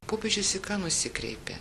popiežius į ką nusikreipia